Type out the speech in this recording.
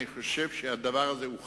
אני חושב שזה חשוב.